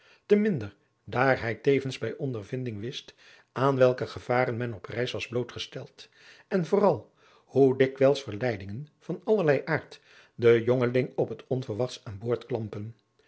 te minder daar hij tevens bij ondervinding wist aan welke gevaren men op reis was blootgesteld en vooral hoe dikwijls verleidingen van allerlei aard den jongeling op het onverwachtst aan boord klampen